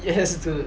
yes dude